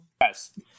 yes